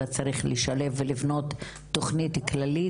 אלא צריך לשלב ולבנות תכנית כללית.